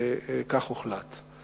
וכך הוחלט.